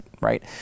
right